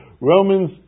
Romans